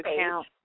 account